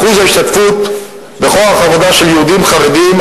אחוז ההשתתפות בכוח העבודה של יהודים חרדים,